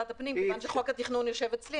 ועדת הפנים כיוון שחוק התכנון יושב אצלי,